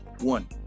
one